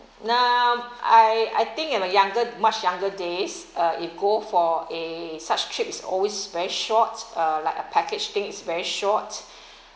now I I think in a younger much younger days uh if go for eh such trips it's always very short uh like a package thing it's very short